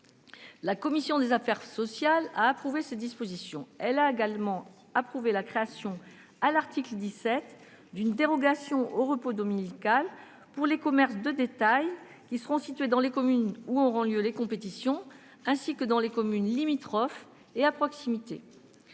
La commission des affaires sociales a approuvé ces dispositions. Elle a également approuvé la création, à l'article 17, d'une dérogation au repos dominical pour les commerces de détail situés dans les communes où auront lieu les compétitions, ainsi que dans les communes limitrophes et à proximité.